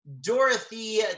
Dorothy